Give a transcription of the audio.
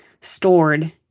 stored